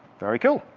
very cool.